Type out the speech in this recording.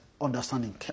understanding